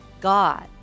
God